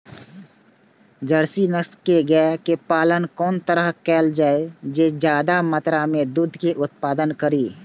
Jersey नस्ल के गाय के पालन कोन तरह कायल जाय जे ज्यादा मात्रा में दूध के उत्पादन करी?